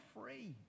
free